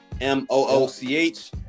M-O-O-C-H